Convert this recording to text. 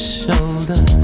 shoulder